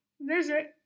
Visit